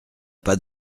pas